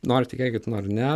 nori tikėkit nori ne